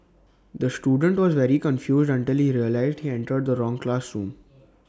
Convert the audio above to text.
the student was very confused until he realised he entered the wrong classroom